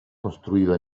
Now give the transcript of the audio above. construido